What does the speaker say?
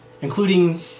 including